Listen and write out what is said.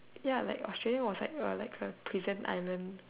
ya like Australia was like a like a prison island